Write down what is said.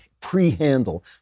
pre-handle